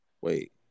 Wait